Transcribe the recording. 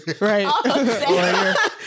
right